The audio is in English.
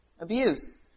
abuse